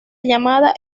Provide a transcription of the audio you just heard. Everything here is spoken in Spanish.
llamado